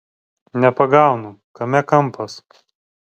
nepagaunu kame kampas